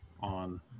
on